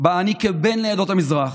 שבה אני, כבן לעדות המזרח,